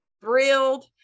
thrilled